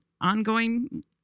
ongoing